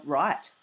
right